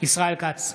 ישראל כץ,